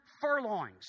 furlongs